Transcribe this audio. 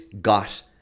got